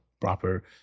proper